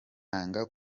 inanga